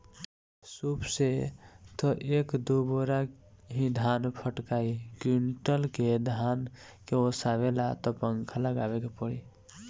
सूप से त एक दू बोरा ही धान फटकाइ कुंयुटल के धान के ओसावे ला त पंखा लगावे के पड़ी